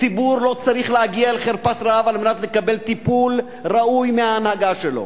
הציבור לא צריך להגיע לחרפת רעב על מנת לקבל טיפול ראוי מההנהגה שלו.